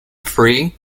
free